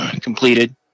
completed